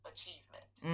achievement